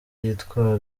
yitwara